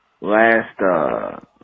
last